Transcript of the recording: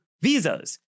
visas